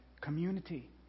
community